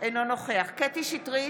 אינו נוכח קטי קטרין שטרית,